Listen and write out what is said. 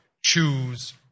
choose